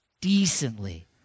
Decently